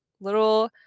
little